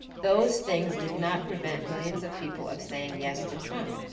those things did not prevent millions of people of saying yes to trump,